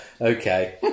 Okay